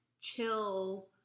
chill